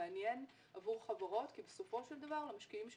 מעניין עבור חברות כי בסופו של דבר המשקיעים שלנו,